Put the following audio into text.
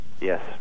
Yes